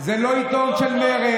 זה לא עיתון של מרצ,